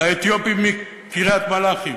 האתיופים מקריית-מלאכי,